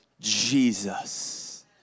Jesus